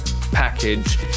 package